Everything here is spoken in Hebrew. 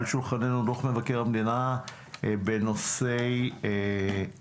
על שולחננו דוח מבקר המדינה בנושא משרד